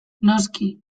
noski